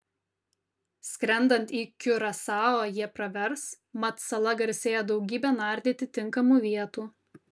skrendant į kiurasao jie pravers mat sala garsėja daugybe nardyti tinkamų vietų